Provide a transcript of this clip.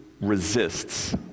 resists